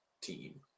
team